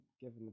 given